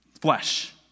Flesh